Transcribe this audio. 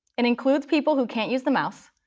it includes people who can't use the mouse,